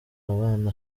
bana